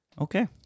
okay